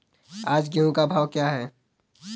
आज गेहूँ का भाव क्या है?